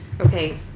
Okay